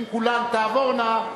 אם כולן תעבורנה,